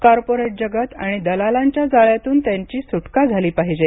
corporate जगत आणि दलालांच्या जाळ्यातून त्याची सुटका झाली पाहिजे